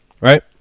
right